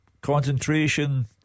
concentration